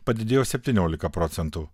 padidėjo septyniolika procentų